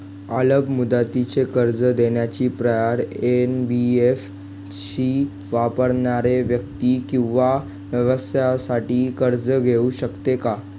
अल्प मुदतीचे कर्ज देण्याचे पर्याय, एन.बी.एफ.सी वापरणाऱ्या व्यक्ती किंवा व्यवसायांसाठी कर्ज घेऊ शकते का?